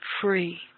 free